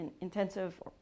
intensive